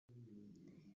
anem